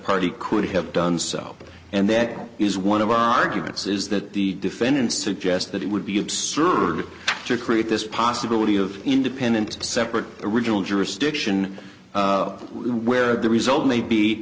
party could have done so and that is one of our arguments is that the defendants suggest that it would be absurd to create this possibility of independent separate original jurisdiction where the result may